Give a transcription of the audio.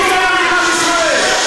לא מעניין אותך שום תושב במדינת ישראל.